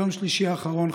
ביום שלישי האחרון,